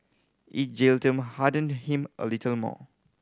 each jail term hardened him a little more